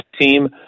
team